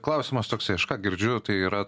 klausimas toksai aš ką girdžiu tai yra